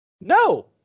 No